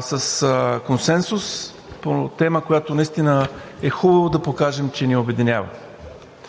с консенсус, по тема, която наистина е хубаво да покажем, че ни обединява,